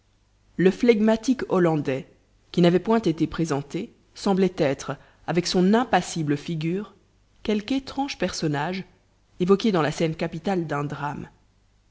le flegmatique hollandais qui n'avait point été présenté semblait être avec son impassible figure quelque étrange personnage évoqué dans la scène capitale d'un drame